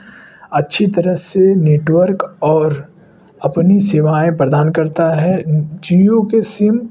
अच्छी तरह से नेटवर्क और अपनी सेवाएँ प्रदान करता है जिओ के सिम